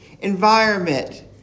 environment